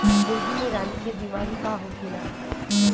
मुर्गी में रानीखेत बिमारी का होखेला?